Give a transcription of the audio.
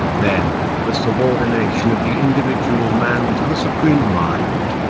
then, the subordination of the individual man to the supreme mind,